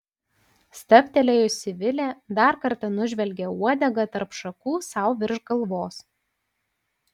stabtelėjusi vilė dar kartą nužvelgė uodegą tarp šakų sau virš galvos